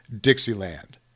Dixieland